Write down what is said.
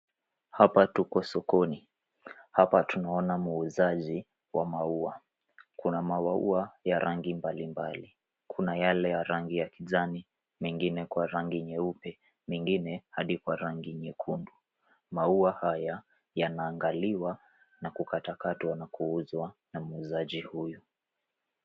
Hapa tuko sokoni. Hapa tunaona muuzaji wa maua. Kuna maua ya rangi mbalimbali. Kuna yale ya rangi ya kijani, mengine kwa rangi nyeupe, mengine hadi kwa rangi nyekundu. Maua haya yanaangaliwa na kukatwa katwa na kuuzwa na muuuzaji huyu.